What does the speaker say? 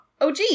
OG